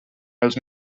els